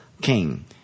king